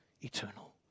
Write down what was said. eternal